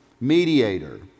Mediator